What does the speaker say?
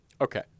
Okay